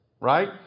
right